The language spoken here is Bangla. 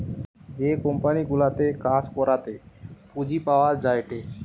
যে কোম্পানি গুলাতে কাজ করাতে পুঁজি পাওয়া যায়টে